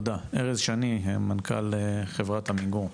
ארז שני מנכ"ל חברת עמיגור.